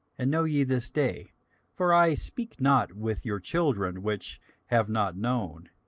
and know ye this day for i speak not with your children which have not known,